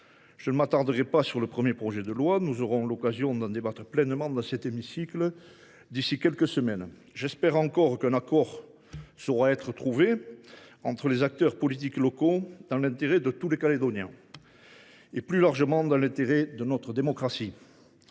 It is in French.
Je ne m’attarderai pas sur le premier projet de loi, dont nous aurons l’occasion de débattre pleinement dans cet hémicycle dans quelques semaines. J’espère encore qu’un accord pourra être trouvé entre les acteurs politiques locaux, dans l’intérêt de tous les Calédoniens et, plus largement, de notre démocratie.